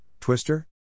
Twister